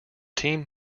team